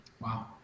Wow